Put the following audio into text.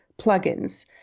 plugins